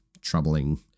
troubling